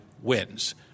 Wins